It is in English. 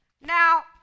Now